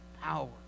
power